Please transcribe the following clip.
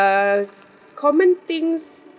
common things